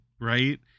Right